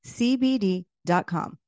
CBD.com